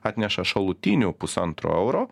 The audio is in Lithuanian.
atneša šalutinių pusantro euro